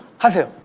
has a